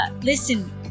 Listen